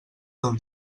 del